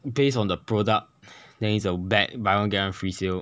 based on the product then it's a bad buy one get one free sale